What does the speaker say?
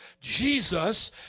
Jesus